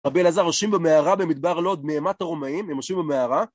רבי אלעזר יושבים במערה במדבר לוד מאימת הרומאים הם עושים במערה